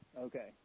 Okay